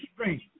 strength